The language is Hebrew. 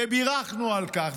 ובירכנו על כך,